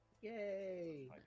yay